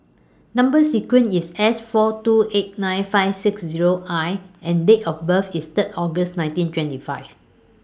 Number sequence IS S four two eight nine five six Zero I and Date of birth IS three August nineteen twenty five